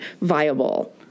viable